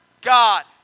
God